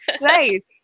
Right